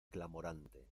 clamorante